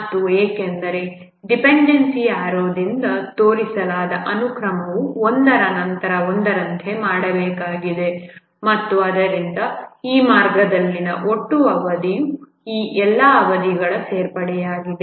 ಮತ್ತು ಏಕೆಂದರೆ dependency arrow ದಿಂದ ತೋರಿಸಲಾದ ಅನುಕ್ರಮವು ಒಂದರ ನಂತರ ಒಂದರಂತೆ ಮಾಡಬೇಕಾಗಿದೆ ಮತ್ತು ಆದ್ದರಿಂದ ಈ ಮಾರ್ಗದಲ್ಲಿನ ಒಟ್ಟು ಅವಧಿಯು ಈ ಎಲ್ಲಾ ಅವಧಿಗಳ ಸೇರ್ಪಡೆಯಾಗಿದೆ